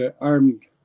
Armed